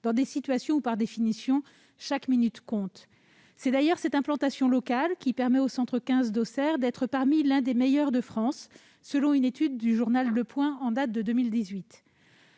dans des situations où, par définition, chaque minute compte. C'est d'ailleurs cette implantation locale qui permet au centre 15 d'Auxerre de compter parmi les meilleurs de France, selon une étude du journal en date de 2018.